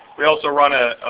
we also run a